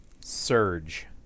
surge